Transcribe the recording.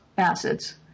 acids